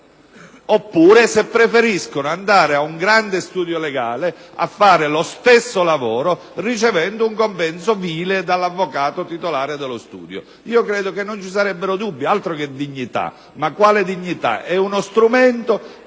oppure se preferiscono andare in un grande studio legale a fare lo stesso lavoro ricevendo un compenso vile dall'avvocato titolare dello studio. Credo che non ci sarebbero dubbi. Altro che dignità! Quello previsto dall'emendamento